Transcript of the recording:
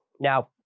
Now